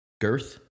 girth